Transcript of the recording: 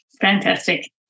Fantastic